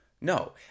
No